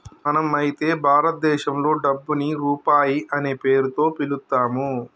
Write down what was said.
మనం అయితే భారతదేశంలో డబ్బుని రూపాయి అనే పేరుతో పిలుత్తాము